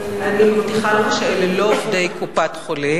אני מבטיחה לך שאלה לא עובדי קופת-חולים,